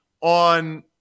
on